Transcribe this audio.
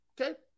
Okay